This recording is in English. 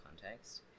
context